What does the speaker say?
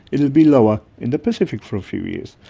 it will be lower in the pacific for a few years.